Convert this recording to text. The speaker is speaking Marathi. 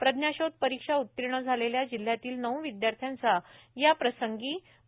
प्रज्ञाशोध परीक्षा उत्तीर्ण झालेल्या जिल्ह्यातील नऊ विद्यार्थ्यांचा याप्रसंगी पालकमंत्री डॉ